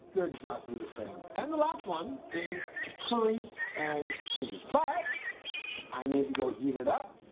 they're exactly the same and the last one is curry and cheese but i need to go heat it up